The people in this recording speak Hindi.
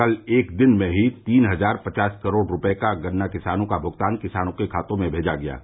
कल एक दिन में ही तीन हजार पचास करोड रुपए का गन्ना किसानों का भुगतान किसानों के खातों में भेजा गया है